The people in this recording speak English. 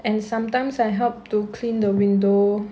and sometimes I help to clean the window